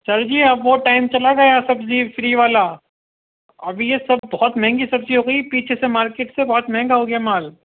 سر جی اب وہ ٹائم چلا گیا سبزی فری والا اب یہ سب بہت مہنگی سبزی ہو گئی ہے پیچھے سے مارکیٹ سے بہت مہنگا ہو گیا مال